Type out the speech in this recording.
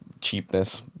cheapness